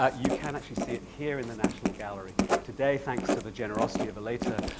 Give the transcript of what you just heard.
ah you can actually see it here in the national gallery today, thanks to the generosity of a later